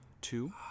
Two